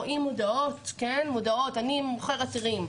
רואים מודעות בפייסבוק "אני מוכר היתרים",